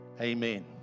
Amen